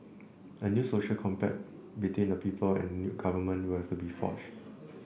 a new social compact between the people and new government will also have to be forged